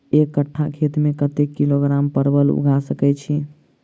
एक कट्ठा खेत मे कत्ते किलोग्राम परवल उगा सकय की??